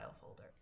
folder